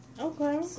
Okay